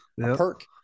perk